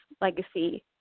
legacy